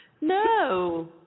No